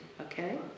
okay